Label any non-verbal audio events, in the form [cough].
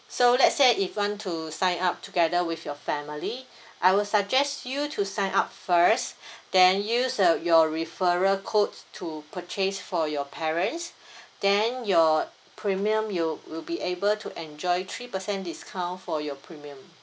so let's say if want to sign up together with your family I will suggest you to sign up first [breath] then use uh your referral code to purchase for your parents [breath] then your premium you will be able to enjoy three percent discount for your premium